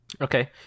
Okay